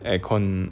aircon